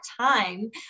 time